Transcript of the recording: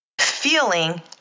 feeling